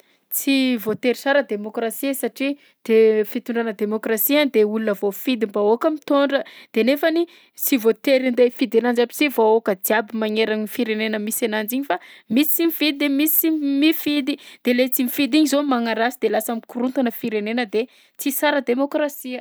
Tsy voatery sara demôkrasia satria de fitondrana demôkrasia de olona voafidim-bahoaka mitondra de nefany sy voatery andeha hifidy ananjy aby si vahoaka jiaby magneran'ny firenena misy ananjy iny fa misy tsy mifidy de misy mifidy, de le tsy mifidy iny zao magnaratsy de lasa mikorontana firenena de tsy sara demôkrasia.